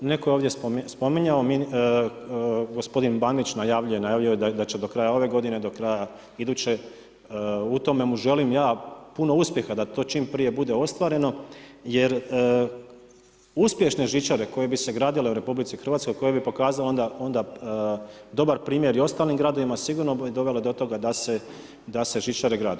Netko je ovdje spominjao, gospodin Bandić najavljuje da će do kraja ove godine, do kraja iduće, u tome mu želim ja puno uspjeha da to čim prije bude ostvareno jer uspješne žičare koje bi se gradile u RH, koje bi pokazao onda dobar primjer i ostalim gradovima sigurno bi dovelo do toga da se žičare grade.